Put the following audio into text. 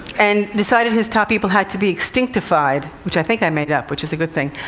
and decided his top people had to be extinctified. which i think i made up, which is a good thing.